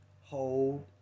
hold